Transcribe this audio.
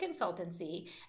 consultancy